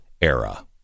era